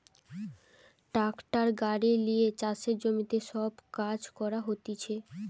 tractor গাড়ি লিয়ে চাষের জমিতে সব কাজ করা হতিছে